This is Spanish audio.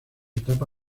etapa